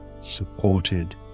supported